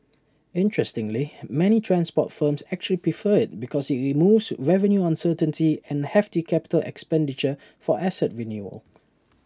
interestingly many transport firms actually prefer IT because IT removes revenue uncertainty and hefty capital expenditure for asset renewal